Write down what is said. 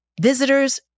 visitors